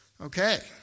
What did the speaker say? Okay